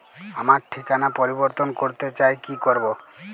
আমার ঠিকানা পরিবর্তন করতে চাই কী করব?